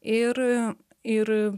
ir ir